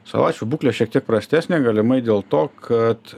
salačių būklė šiek tiek prastesnė galimai dėl to kad